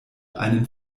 einen